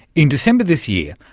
in december this year,